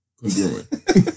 congruent